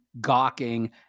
gawking